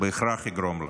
יגרום לו.